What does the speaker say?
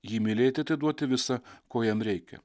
jį mylėti atiduoti visa ko jam reikia